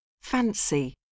Fancy